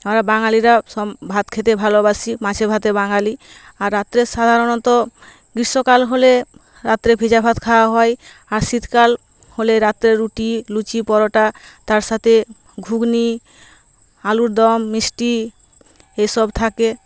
আমরা বাঙালিরা সব ভাত খেতেই ভালবাসি মাছে ভাতে বাঙালি আর রাত্রে সাধারণত গীষ্মকাল হলে রাত্রে ভেজা ভাত খাওয়া হয় আর শীতকাল হলে রাত্রে রুটি লুচি পরোটা তার সাথে ঘুগনি আলুর দম মিষ্টি এসব থাকে